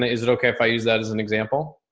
ah is it okay if i use that as an example?